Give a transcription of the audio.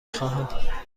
خواهم